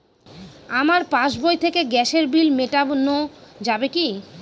আমার পাসবই থেকে গ্যাসের বিল মেটানো যাবে কি?